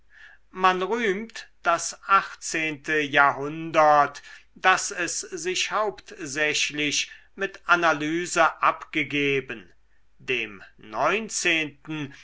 man rühmt das achtzehnte jahrhundert daß es sich hauptsächlich mit analyse abgegeben dem neunzehnten